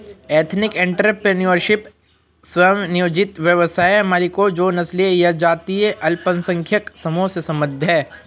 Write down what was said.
ethnic entrepreneurship, स्व नियोजित व्यवसाय मालिकों जो नस्लीय या जातीय अल्पसंख्यक समूहों से संबंधित हैं